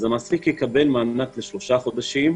המעסיק יקבל מענק לשלושה חודשים,